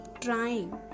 trying